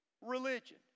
religion